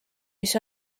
mis